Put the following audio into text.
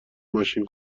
ماشین